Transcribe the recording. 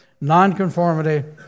nonconformity